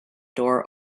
door